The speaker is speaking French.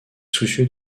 soucieux